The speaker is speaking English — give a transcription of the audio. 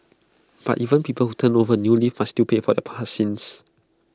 but even people who turn over new leaf must still pay for their past sins